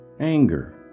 anger